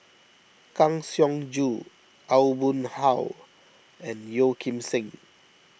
Kang Siong Joo Aw Boon Haw and Yeo Kim Seng